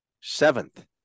seventh